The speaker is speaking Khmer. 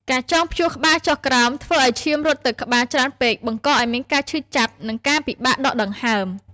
ការចងព្យួរក្បាលចុះក្រោម ធ្វើឱ្យឈាមរត់ទៅក្បាលច្រើនពេកបង្កឱ្យមានការឈឺចាប់និងការពិបាកដកដង្ហើម។